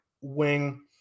wing